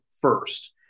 first